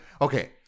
okay